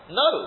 no